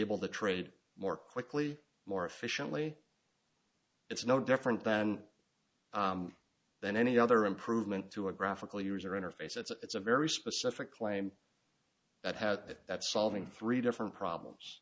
able to trade more quickly more efficiently it's no different than than any other improvement to a graphical user interface it's a very specific claim that has at solving three different problems